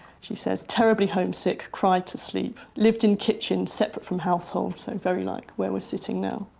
she says, terribly homesick, cried to sleep. lived in kitchen separate from household, so very like where we're sitting now.